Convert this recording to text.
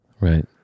right